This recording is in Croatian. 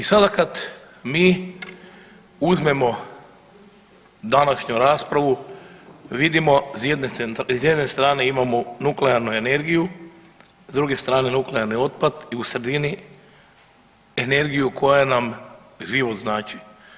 I sada kad mi uzmemo današnju raspravu vidimo, s jedne strane imamo nuklearnu energiju, s druge strane nuklearni otpad i u sredini energiju koja nam život znači.